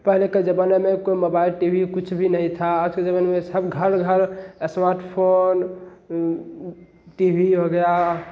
पहले के जमाने में कोई मोबाइल टी वी कुछ भी नहीं था आज के जमाने में सब घर घर अस्मार्टफोन टी वी हो गया